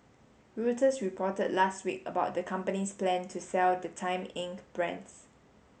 Reuters reported last week about the company's plan to sell the Time Inc brands